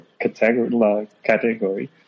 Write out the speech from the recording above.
category